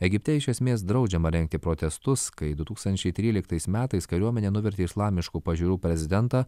egipte iš esmės draudžiama rengti protestus kai du tūkstančiai tryliktais metais kariuomenė nuvertė islamiškų pažiūrų prezidentą